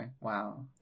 wow